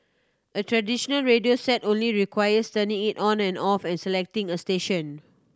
a traditional radio set only requires turning it on or off and selecting a station